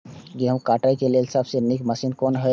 गेहूँ काटय के लेल सबसे नीक मशीन कोन हय?